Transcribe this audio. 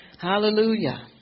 Hallelujah